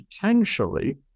potentially